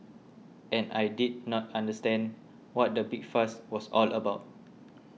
and I did not understand what the big fuss was all about